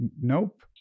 nope